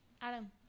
Adam